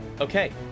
Okay